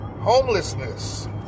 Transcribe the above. Homelessness